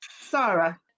Sarah